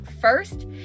first